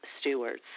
stewards